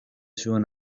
zuen